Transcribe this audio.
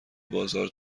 بازار